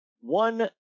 one